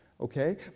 Okay